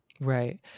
Right